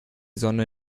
sonne